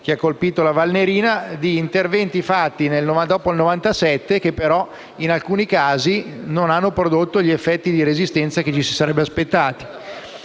che ha colpito la Valnerina, interventi fatti dopo il 1997, che in alcuni casi non hanno prodotto gli effetti di resistenza che ci si sarebbe aspettati.